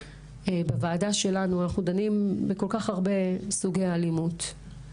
בוועדה שלנו אנחנו דנים בכל כך הרבה סוגי אלימות,